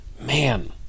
man